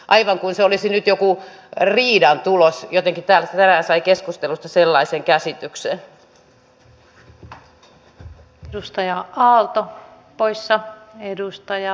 aivan kuin se olisi nyt joku riidan tulos jotenkin täällä tänään sai keskustelusta sellaisen käsityksen